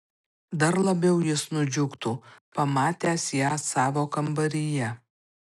dar labiau jis nudžiugtų pamatęs ją savo kambaryje